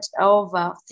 over